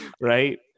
Right